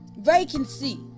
Vacancy